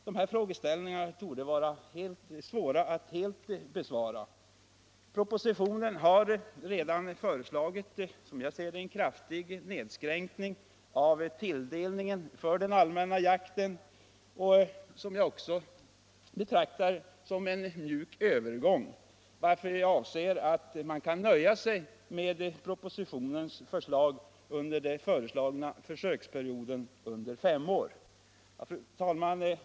De här frågeställningarna torde vara svåra att helt besvara. I propositionen har redan föreslagits en kraftig nedskärning av tilldelningen för den allmänna jakten, vilket jag betraktar som en mjuk övergång, varför jag anser att man kan nöja sig med propositionens förslag under den föreslagna försöksperioden fem år. Fru talman!